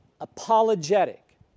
apologetic